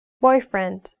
Boyfriend